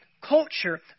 culture